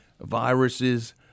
viruses